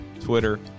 Twitter